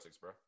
bro